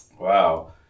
Wow